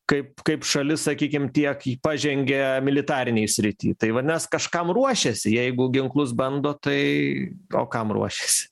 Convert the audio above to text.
kaip kaip šalis sakykim tiek pažengė militarinėj srity tai vadinas kažkam ruošiasi jeigu ginklus bando tai o kam ruošiasi